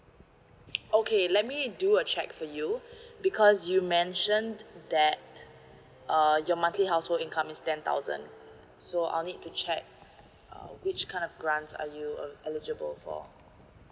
okay let me do a check for you because you mentioned that uh your monthly household income is ten thousand so I'll need to check uh which kind of grants are you uh eligible for